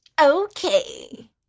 okay